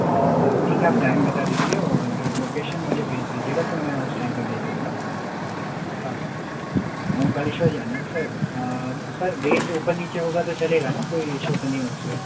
ठीक है आप टाइम बता दीजिए और लोकेशन मुझे भेज दीजिएगा तो मैं उस टाइम पे भेजदूँगा हाँ ओमकारेश्वर जाना सर तो सर रेट ऊपर नीचे होगा तो चलेगा ना कोई इशू तो नहीं है उसपे